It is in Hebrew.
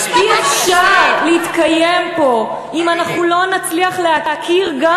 אי-אפשר להתקיים פה אם אנחנו לא נצליח להכיר גם